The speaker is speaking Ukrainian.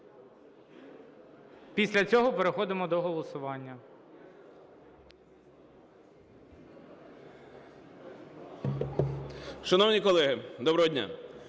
Після цього переходимо до голосування.